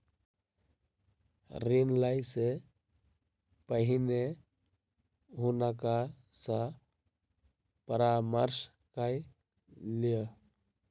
ऋण लै से पहिने हुनका सॅ परामर्श कय लिअ